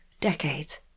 decades